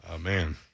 man